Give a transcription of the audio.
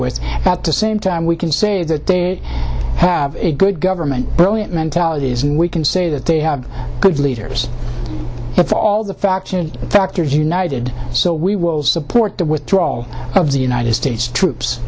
at the same time we can say that they have a good government brilliant mentalities and we can say that they have good leaders if all the factions factors united so we will support the withdrawal of the united states troops